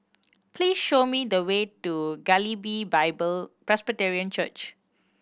please show me the way to Galilee Bible Presbyterian Church